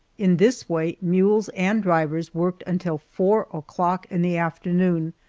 in this way mules and drivers worked until four o'clock in the afternoon,